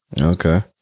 Okay